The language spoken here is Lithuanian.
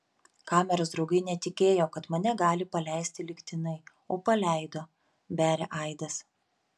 kameros draugai netikėjo kad mane gali paleisti lygtinai o paleido beria aidas